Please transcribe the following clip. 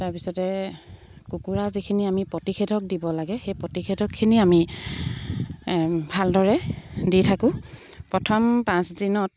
তাৰপিছতে কুকুৰা যিখিনি আমি প্ৰতিষেধক দিব লাগে সেই প্ৰতিষেধকখিনি আমি ভালদৰে দি থাকোঁ প্ৰথম পাঁচদিনত